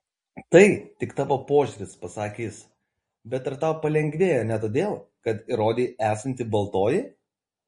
tai tik tavo požiūris pasakė jis bet ar tau palengvėjo ne todėl kad įrodei esanti baltoji